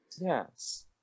yes